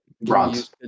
bronze